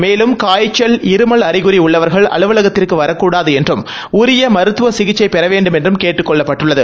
மேலும் காய்ச்சல் இருமல் அறிகுறி உள்ளவர்கள் அலுவலகத்திற்கு வரக்கூடாது என்றும் உரிய மருத்துவ சிகிச்சை பெற வேண்டுமென்றும் கேட்டுக் கொள்ளப்பட்டுள்ளது